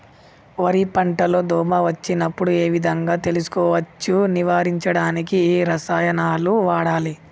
వరి పంట లో దోమ వచ్చినప్పుడు ఏ విధంగా తెలుసుకోవచ్చు? నివారించడానికి ఏ రసాయనాలు వాడాలి?